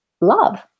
love